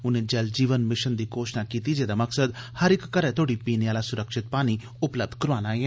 उनें 'जल जीवन' मिषन दी घोशणा बी कीती जेदा मकसद हर इक घरै तोड़ी पीने आला सुरक्षित पानी उपलब्ध कराना ऐ